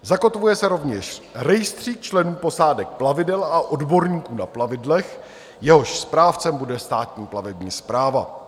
Zakotvuje se rovněž rejstřík členů posádek plavidel a odborníků na plavidlech, jehož správcem bude Státní plavební správa.